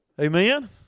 Amen